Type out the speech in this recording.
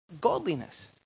godliness